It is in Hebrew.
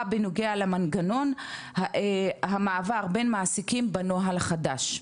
בנוגע למנגנון המעבר בין מעסיקים בנוהל החדש.